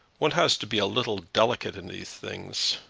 one has to be a little delicate in these things.